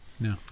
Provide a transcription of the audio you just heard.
No